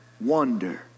wonder